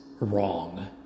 wrong